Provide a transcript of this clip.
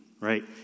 right